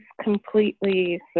completely